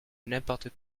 n’importe